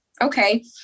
okay